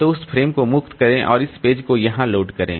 तो उस फ़्रेम को मुक्त करें और इस पेज को वहां लोड करें